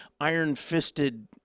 iron-fisted